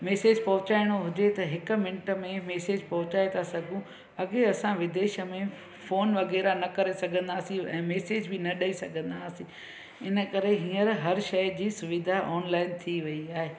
message पोहचायणो हुजे त हिक मिंट में मेसिज पोहचाये था सघूं अॻिए असां विदेश में आहे फ़ोन वग़ैरह न करे सघंदा हुआसीं ऐं मैसिज बि न ॾेई सघंदा हुआसीं इन करे हीअंर हर शइ जी सुविधा ऑनलाइन थी वई आहे